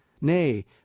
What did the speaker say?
Nay